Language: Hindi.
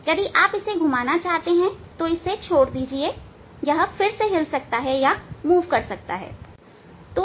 यदि आप इसे घुमाना चाहते हैं तो इसे छोड़ दीजिए और फिर यह हिल सकता है या घूम सकता है